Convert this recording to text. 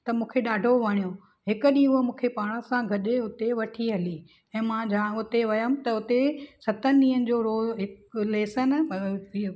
त मूंखे ॾाढो वणियो हिक ॾींहुं उहो मूंखे पाण सां गॾु हुते वठी हली ऐं मां जाम उते वयमि त उते सतनि ॾींहंनि जो रोज़ हिकु लेसन